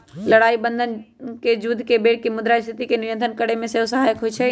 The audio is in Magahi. लड़ाइ बन्धन जुद्ध के बेर मुद्रास्फीति के नियंत्रित करेमे सेहो सहायक होइ छइ